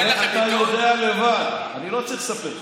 הרי אתה יודע לבד, אני לא צריך לספר לך.